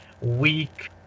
weak